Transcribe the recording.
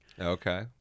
okay